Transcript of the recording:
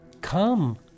come